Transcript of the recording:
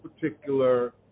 particular